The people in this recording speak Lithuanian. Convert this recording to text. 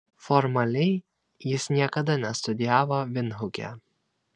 formaliai jis niekada nestudijavo vindhuke